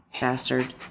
Bastard